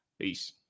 peace